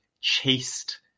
chaste